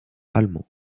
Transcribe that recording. allemand